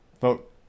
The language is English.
vote